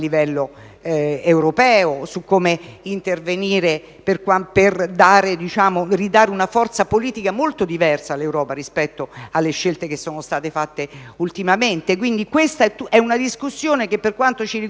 europeo; come intervenire per ridare una forza politica molto diversa all'Europa rispetto alle scelte che sono state fatte ultimamente. Questa è quindi una discussione che, per quanto ci riguarda,